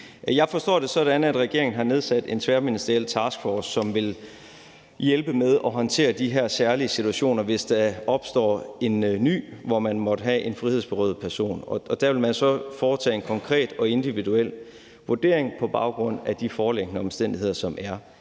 Jeg forstår det sådan, at regeringen har nedsat en tværministeriel taskforce, som vil hjælpe med at håndtere de her særlige situationer, hvis der på ny opstår en situation, hvor man måtte have en frihedsberøvet person. Der vil man så foretage en konkret og individuel vurdering på baggrund af de foreliggende omstændigheder, der er.